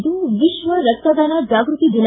ಇಂದು ವಿಶ್ವ ರಕ್ತದಾನ ಜಾಗೃತಿ ದಿನ